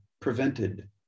prevented